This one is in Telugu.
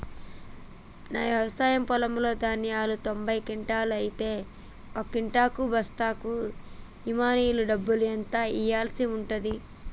నా వ్యవసాయ పొలంలో ధాన్యాలు తొంభై క్వింటాలు అయితే ఒక క్వింటా బస్తాకు హమాలీ డబ్బులు ఎంత ఇయ్యాల్సి ఉంటది?